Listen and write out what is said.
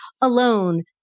alone